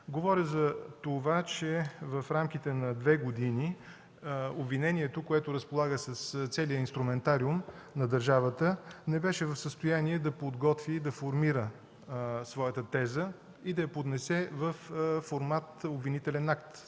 Говоря за това, че в рамките на две години обвинението, което разполага с целия инструментариум на държавата, не беше в състояние да подготви, да формира своята теза и да я поднесе във формат обвинителен акт